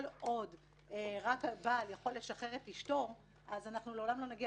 כל עוד רק הבעל יכול לשחרר את אשתו אז לעולם לא נגיע